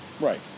right